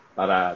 para